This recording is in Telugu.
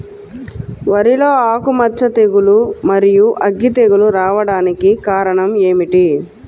వరిలో ఆకుమచ్చ తెగులు, మరియు అగ్గి తెగులు రావడానికి కారణం ఏమిటి?